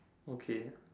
okay